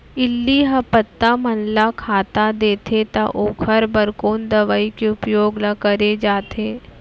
इल्ली ह पत्ता मन ला खाता देथे त ओखर बर कोन दवई के उपयोग ल करे जाथे?